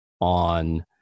on